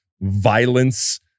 violence